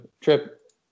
trip